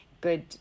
good